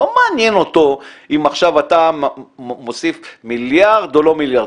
לא מעניין אותו אם אתה עכשיו מוסיף מיליארד או לא מיליארד,